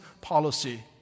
policy